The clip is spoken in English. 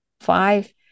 five